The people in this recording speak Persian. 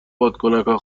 بادکنکا